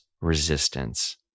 resistance